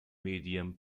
medium